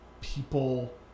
people